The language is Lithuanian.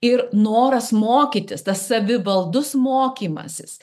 ir noras mokytis tas savivaldus mokymasis